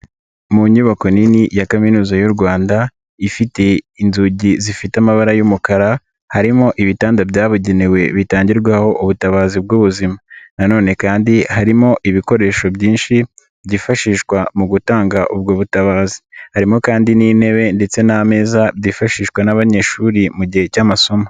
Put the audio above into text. Mu nyubako nini ya Kaminuza y'u Rwanda, ifite inzugi zifite amabara y'umukara, harimo ibitanda byabugenewe bitangirwaho ubutabazi bw'ubuzima. Na none kandi harimo ibikoresho byinshi, byifashishwa mu gutanga ubwo butabazi. Harimo kandi n'intebe ndetse n'amezaza byifashishwa n'abanyeshuri mu gihe cy'amasomo.